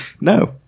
No